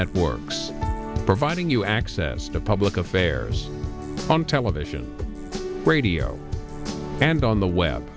network providing you access to public affairs from television radio and on the web